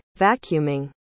vacuuming